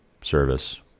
service